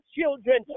children